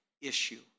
issue